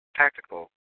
tactical